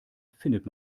findet